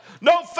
No